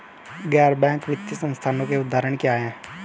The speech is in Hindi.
गैर बैंक वित्तीय संस्थानों के उदाहरण क्या हैं?